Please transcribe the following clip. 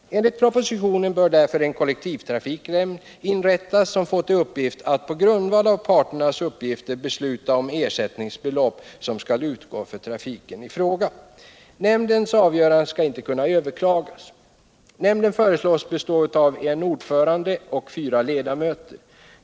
Enligt propositionen bör därför en kollektivtrafiknämnd inrättas som på grundval av parternas uppgifter skall besluta om de ersättningsbelopp som skall utgå för trafiken i fråga. Nämndens avgörande skall inte kunna överklagas. Nämnden föreslås bestå av ordförande och fyra ledamöter.